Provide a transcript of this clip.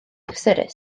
gysurus